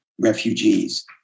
refugees